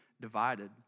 divided